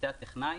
פרטי הטכנאי,